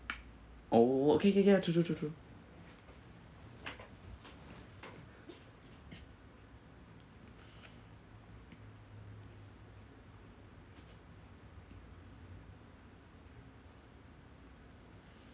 oh okay kay kay ah true true true true